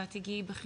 ואת תגעי בחינוך,